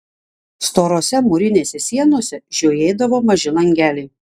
storose mūrinėse sienose žiojėdavo maži langeliai